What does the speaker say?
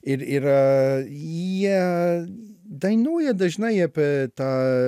ir yra jie dainuoja dažnai apie tą